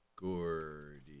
Gordy